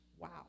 Wow